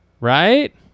Right